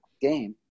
game